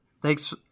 Thanks